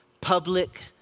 Public